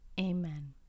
Amen